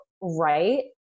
right